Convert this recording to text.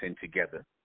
together